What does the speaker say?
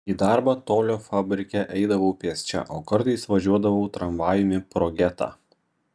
į darbą tolio fabrike eidavau pėsčia o kartais važiuodavau tramvajumi pro getą